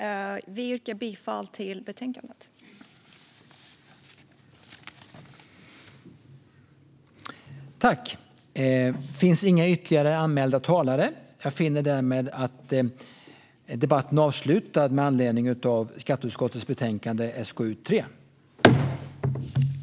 Jag yrkar bifall till utskottets förslag i betänkandet.